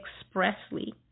expressly